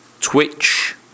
Twitch